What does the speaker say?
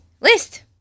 list